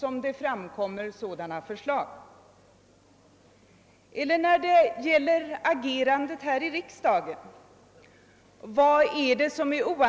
Och vad är det som är oanständigt när det gäller agerandet här i kammaren?